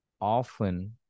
Often